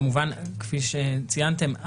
כמובן כפי שציינתם,